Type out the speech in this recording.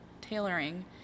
tailoring